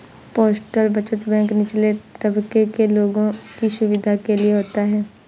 postal बचत bank निचले तबके के लोगों की सुविधा के लिए होता है